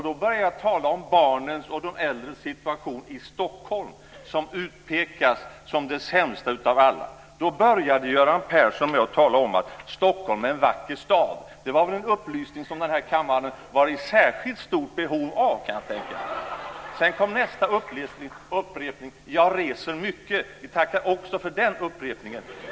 Då började jag tala om barnens och de äldres situation i Stockholm, som utpekas som den sämsta av alla. Då började Göran Persson tala om att Stockholm är en vacker stad. Det var väl en upplysning som denna kammare var i särskilt stort behov av, kan jag tänka mig! Sedan kom nästa upplysning: Jag reser mycket. Vi tackar också för denna upplysning.